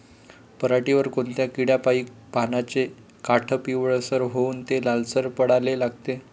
पऱ्हाटीवर कोनत्या किड्यापाई पानाचे काठं पिवळसर होऊन ते लालसर पडाले लागते?